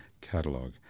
catalog